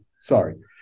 sorry